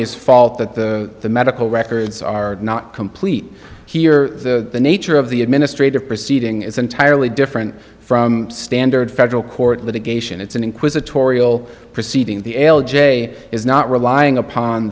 his fault that the medical records are not complete here the nature of the administrative proceeding is entirely different from standard federal court litigation it's an inquisitorial proceeding the l j is not relying upon